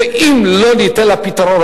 ואם לא ניתן לה פתרון,